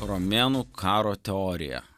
romėnų karo teorija